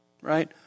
right